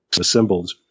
Assembled